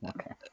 okay